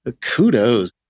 Kudos